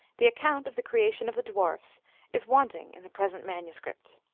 the account of the creation of the dwarfs is want ing in the present manuscript.